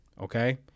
okay